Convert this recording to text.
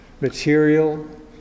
material